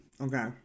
Okay